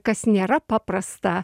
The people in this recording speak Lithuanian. kas nėra paprasta